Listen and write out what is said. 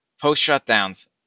post-shutdowns